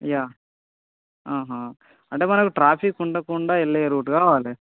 yeah అంటే మనకి traffic ఉండకుండా వెళ్ళే రూట్ కావాలి